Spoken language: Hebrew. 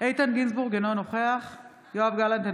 איתן גינזבורג, אינו נוכח יואב גלנט,